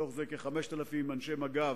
מתוך זה כ-5,000 הם אנשי מג"ב,